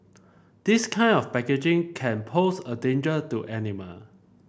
this kind of packaging can pose a danger to animal